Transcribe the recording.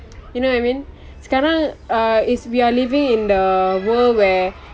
you know what I mean sekarang uh is we are living in the world where